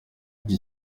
iki